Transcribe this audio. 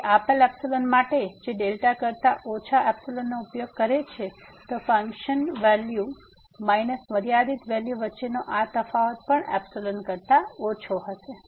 તેથી આપેલ માટે જે કરતા ઓછા નો ઉપયોગ કરે છે તો પછી ફંકશન વેલ્યુ માઈનસ મર્યાદિત વેલ્યુ વચ્ચેનો આ તફાવત ϵ કરતા ઓછો હશે